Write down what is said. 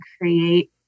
create